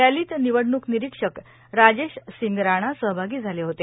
रॅलीत निवडणूक निरीक्षक राजेश सिंग राणा सहभागी झाले होते